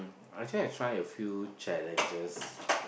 actually I try a few challenges